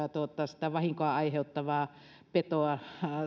sitä vahinkoa aiheuttavaa petoa